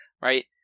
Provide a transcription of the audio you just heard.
right